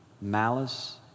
Malice